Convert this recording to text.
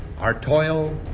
our toil,